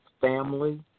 family